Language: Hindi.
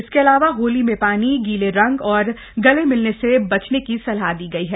इसके अलावा होली में पानी गीले रंग और गले मिलने से बचने की सलाह दी गई है